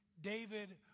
David